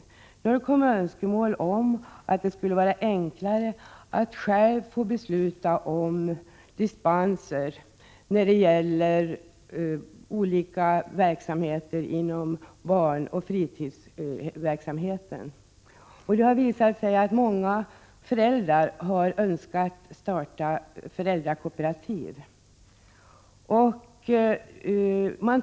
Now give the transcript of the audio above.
Nu har det kommit propåer om att det skulle vara enklare om kommunerna själva fick besluta om dispenser när det gäller olika barnoch fritidsverksamheter. Det har visat sig att många föräldrar önskar starta föräldrakooperativ för barnomsorgen.